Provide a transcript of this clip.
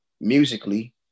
musically